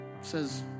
says